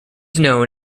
known